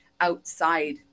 outside